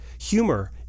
Humor